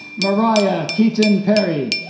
mariah keaton perry